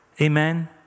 Amen